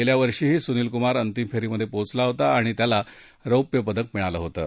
गेल्या वर्षीही सुनील कुमार अंतिम फेरीत पोचला होता आणि त्याला रौप्य पदक मिळालं होतं